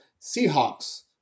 Seahawks